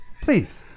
Please